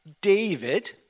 David